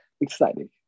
exciting